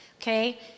Okay